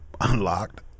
unlocked